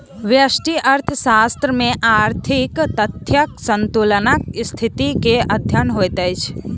व्यष्टि अर्थशास्त्र में आर्थिक तथ्यक संतुलनक स्थिति के अध्ययन होइत अछि